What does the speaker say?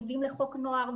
עובדים לחוק נוער,